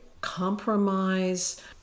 compromise